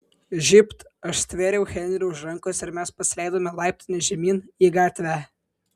žybt aš stvėriau henrį už rankos ir mes pasileidome laiptine žemyn į gatvę